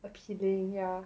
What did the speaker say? appealing yeah